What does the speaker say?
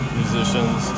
musicians